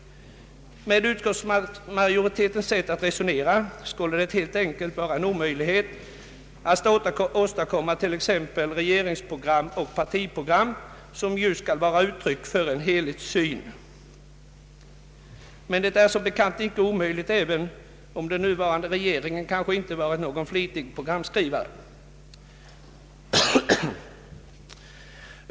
Med utskottsmajoritetens sätt att resonera skulle det helt enkelt vara en omöjlighet att åstadkomma t.ex. regeringsprogram och partiprogram, som ju skall vara uttryck för en helhetssyn. Men det är som bekant inte omöjligt — även om den nuvarande regeringen kanske inte varit någon flitig programskrivare.